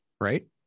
right